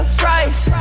price